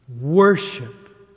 Worship